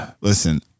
Listen